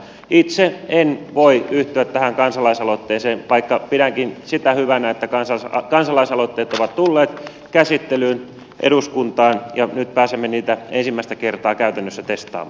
itse en voi yhtyä tähän kansalaisaloitteeseen vaikka pidänkin sitä hyvänä että kansalaisaloitteet ovat tulleet käsittelyyn eduskuntaan ja nyt pääsemme niitä ensimmäistä kertaa käytännössä testaamaan